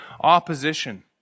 opposition